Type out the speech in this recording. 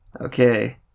Okay